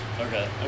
Okay